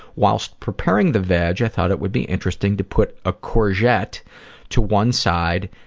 whilst preparing the veg i thought it would be interesting to put a courgette to one side,